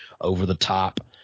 over-the-top